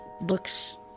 looks